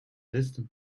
distant